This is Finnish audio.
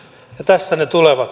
ja tässä ne tulevat